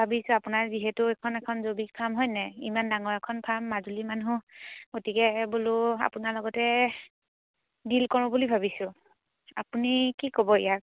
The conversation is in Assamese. ভাবিছোঁ আপোনাৰ যিহেতু এইখন এখন জৈৱিক ফাৰ্ম হয় নাই ইমান ডাঙৰ এখন ফাৰ্ম মাজুলীৰ মানুহ গতিকে বোলো আপোনাৰ লগতে ডিল কৰোঁ বুলি ভাবিছোঁ আপুনি কি ক'ব ইয়াক